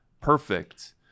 perfect